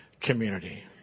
community